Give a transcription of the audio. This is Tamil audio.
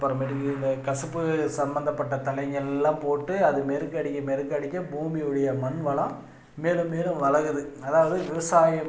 அப்புறம் மேட்டுக்கு இந்த கசப்பு சம்பந்தப்பட்ட தழைங்கள்லாம் போட்டு அது மேற்கடிக்க மேற்கடிக்க பூமி உடைய மண் வளம் மேலும் மேலும் வளருது அதாவது விவசாயம்